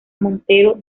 montero